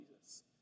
Jesus